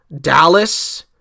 dallas